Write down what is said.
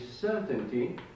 certainty